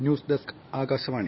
news desk Akashvani